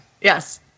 Yes